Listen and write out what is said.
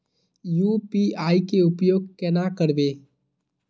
UPI के उपयोग केना करबे?